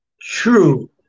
true